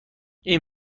این